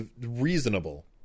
reasonable